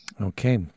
Okay